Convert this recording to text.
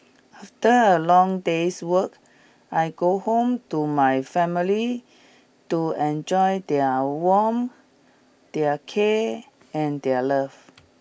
after a long day's work I go home to my family to enjoy their warmth their care and their love